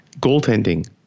Goaltending